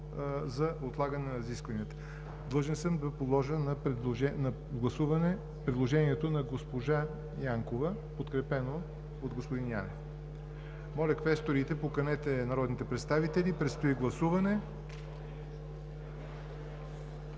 за отлагане на разискванията. Длъжен съм да подложа на гласуване предложението на госпожа Янкова, подкрепено от господин Янев. Моля, квесторите, поканете народните представители, предстои гласуване